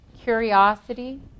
curiosity